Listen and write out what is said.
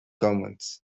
commons